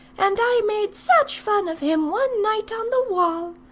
and i made such fun of him one night on the wall!